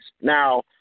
Now